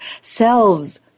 Selves